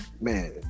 man